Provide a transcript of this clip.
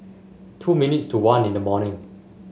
two minutes to one in the morning